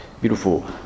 beautiful